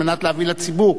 כדי להביא לציבור,